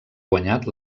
guanyat